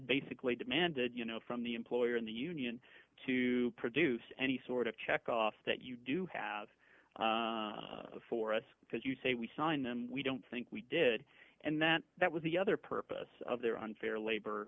basically demanded you know from the employer and the union to produce any sort of check off that you do have for us because you say we signed them we don't think we did and that that was the other purpose of their unfair labor